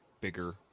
bigger